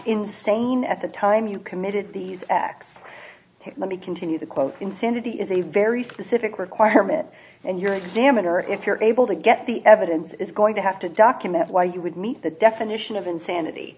insane at the time you committed these acts let me continue the quote insanity is a very specific requirement and your examiner if you're able to get the evidence is going to have to document why you would meet the definition of insanity